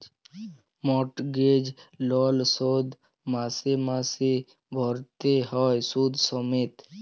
mortgage লল শোধ মাসে মাসে ভ্যইরতে হ্যয় সুদ সমেত